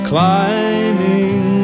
Climbing